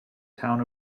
town